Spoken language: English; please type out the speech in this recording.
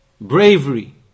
bravery